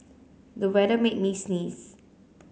the weather made me sneeze